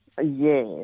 Yes